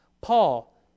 Paul